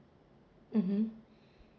mmhmm